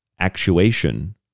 actuation